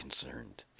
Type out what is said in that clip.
concerned